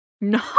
no